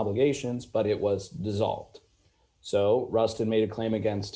obligations but it was dissolved so rusted made a claim against